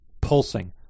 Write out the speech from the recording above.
Pulsing